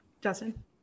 Justin